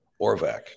Orvac